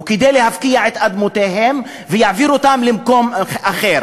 וכדי להפקיע את אדמותיהם ולהעביר אותם למקום אחר.